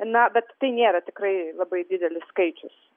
na bet tai nėra tikrai labai didelis skaičius